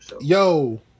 Yo